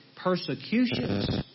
Persecutions